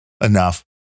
enough